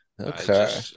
Okay